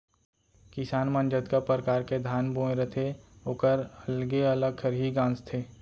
किसान मन जतका परकार के धान बोए रथें ओकर अलगे अलग खरही गॉंजथें